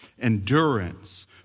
endurance